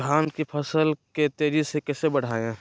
धान की फसल के तेजी से कैसे बढ़ाएं?